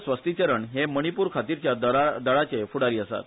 स्वस्तीचरण हे मणिपूरखातीरच्या दळाचे फुडारी आसात